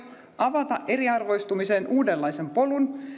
avata eriarvoistumiseen uudenlaisen polun